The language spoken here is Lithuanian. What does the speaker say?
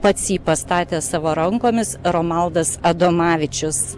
pats jį pastatęs savo rankomis romaldas adomavičius